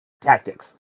tactics